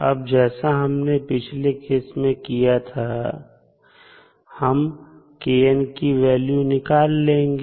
अब जैसा हमने पिछले केस में किया था हम की वैल्यू निकाल लेंगे